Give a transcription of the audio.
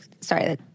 Sorry